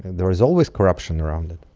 and there is always corruption around it